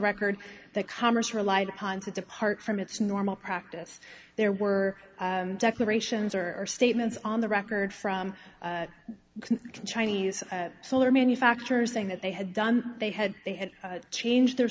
record that congress relied upon to depart from its normal practice there were declarations or or statements on the record from chinese solar manufacturers saying that they had done they had they had changed their